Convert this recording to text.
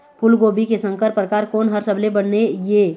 फूलगोभी के संकर परकार कोन हर सबले बने ये?